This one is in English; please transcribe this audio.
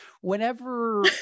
Whenever-